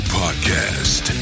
podcast